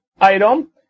item